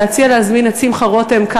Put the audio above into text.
ולהציע להזמין את שמחה רותם,